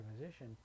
position